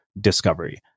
discovery